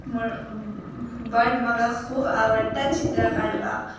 म्हण बट म्हाका खूब आवडटा चित्रां काडपाक